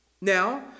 Now